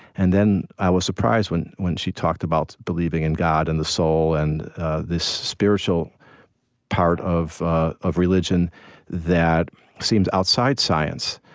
and then i was surprised when when she talked about believing in god, and the soul, and this spiritual part of ah of religion that seems outside science.